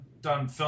done